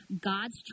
God's